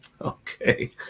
Okay